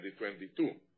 2022